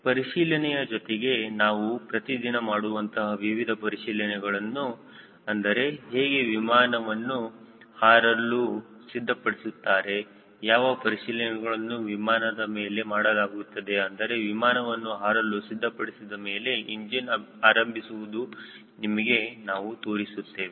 ಪರಿಶೀಲನೆಯ ಜೊತೆಗೆ ನಾವು ಪ್ರತಿದಿನ ಮಾಡುವಂತಹ ವಿವಿಧ ಪರಿಶೀಲನೆಗಳನ್ನು ಅಂದರೆ ಹೀಗೆ ವಿಮಾನವನ್ನು ಹಾರನ್ನು ಸಿದ್ಧಪಡಿಸುತ್ತಾರೆ ಯಾವ ಪರಿಶೀಲನೆ ಗಳನ್ನು ವಿಮಾನದ ಮೇಲೆ ಮಾಡಲಾಗುತ್ತದೆ ಅಂದರೆ ವಿಮಾನವನ್ನು ಹಾರಲು ಸಿದ್ಧಪಡಿಸಿದ ಮೇಲೆ ಇಂಜಿನ್ ಆರಂಭಿಸುವುದು ನಿಮಗೆ ನಾವು ತೋರಿಸುತ್ತೇವೆ